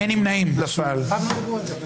נפל.